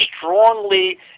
strongly